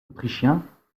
autrichiens